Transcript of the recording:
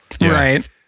right